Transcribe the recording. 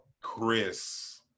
chris